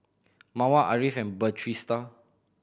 Mawar Ariff and Batrisya